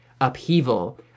upheaval